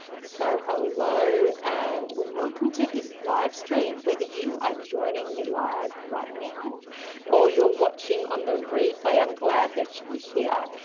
so hello and welcome to this live stream. whether you are joining me live right now or you're watching on the replay, i'm glad that you were here.